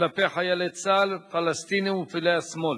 כלפי חיילי צה"ל, פלסטינים ופעילי שמאל.